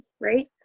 right